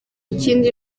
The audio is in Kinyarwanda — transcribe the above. ikindi